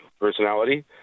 personality